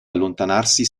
allontanarsi